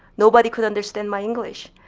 nobody could understand my english.